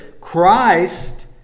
Christ